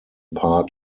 part